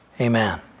amen